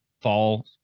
fall